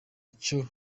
icyo